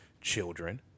Children